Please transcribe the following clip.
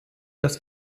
das